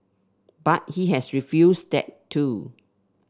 but he has refused that too